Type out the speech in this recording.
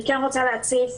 אני כן רוצה להציף